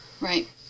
Right